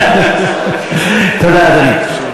תודה, אדוני.